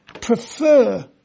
prefer